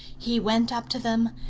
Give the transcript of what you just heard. he went up to them,